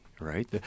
Right